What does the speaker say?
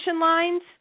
lines